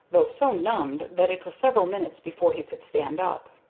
though so numbed that it was several minutes before he could stand up.